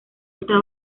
está